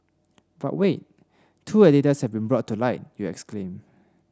but wait two editors have been brought to light you exclaim